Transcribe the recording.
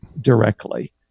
directly